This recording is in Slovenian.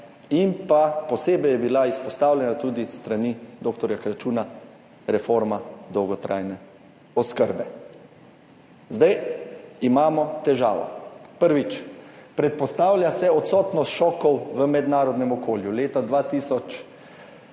in pa posebej je bila izpostavljena tudi s strani doktorja Kračuna reforma dolgotrajne oskrbe. Zdaj imamo težavo, prvič, predpostavlja se odsotnost šokov v mednarodnem okolju. Leta 2023